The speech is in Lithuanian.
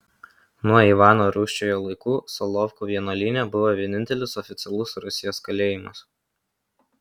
nuo ivano rūsčiojo laikų solovkų vienuolyne buvo vienintelis oficialus rusijos kalėjimas